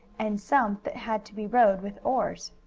and some that had to be rowed with oars.